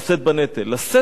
לשאת בעול עם חברו.